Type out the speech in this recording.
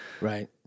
Right